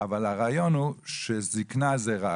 אבל הרעיון הוא שזקנה זה רע,